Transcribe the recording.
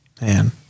Man